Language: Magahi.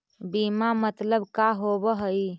बीमा मतलब का होव हइ?